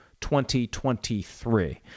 2023